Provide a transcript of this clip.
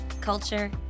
culture